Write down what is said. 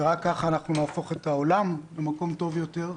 ורק כך נהפוך את העולם למקום טוב יותר.